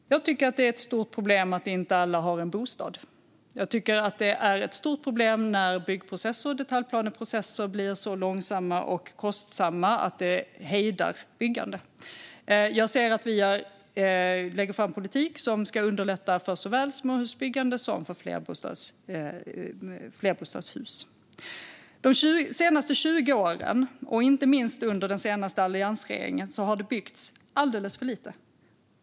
Herr ålderspresident! Jag tycker att det är ett stort problem att inte alla har en bostad. Jag tycker att det är ett stort problem när bygg och detaljplaneprocesser blir så långsamma och kostsamma att det hejdar byggandet. Jag ser att vi lägger fram politik som ska underlätta byggande av såväl småhus som flerbostadshus. De senaste 20 åren, inte minst under den senaste alliansregeringens tid, har det byggts alldeles för lite.